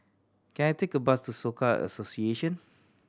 can I take a bus to Soka Association